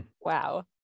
wow